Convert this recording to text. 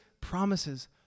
promises